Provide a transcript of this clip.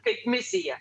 kaip misija